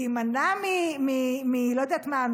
להימנע מלא יודעת מה,